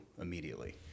immediately